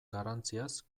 garrantziaz